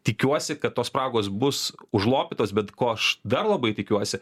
tikiuosi kad tos spragos bus užlopytos bet ko aš dar labai tikiuosi